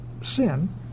sin